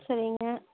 சரிங்க